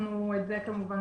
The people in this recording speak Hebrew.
את זה נדע, כמובן,